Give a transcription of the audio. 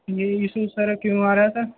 یہ ایشو سارا کیوں آ رہا تھا